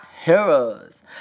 heroes